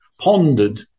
pondered